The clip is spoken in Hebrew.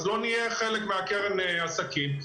אז לא נהיה חלק מהקרן לעסקים,